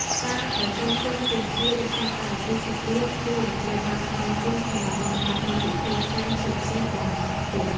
សាលប្រជុំឬទីធ្លារៀបចំកម្មវិធីជប់លៀងរួមត្រូវបានផ្តល់ជូនសម្រាប់បម្រើដល់ពិធីការផ្សេងៗរបស់ម្ចាស់ផ្ទះ។